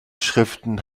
schriften